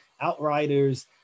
Outriders